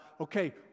okay